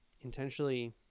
intentionally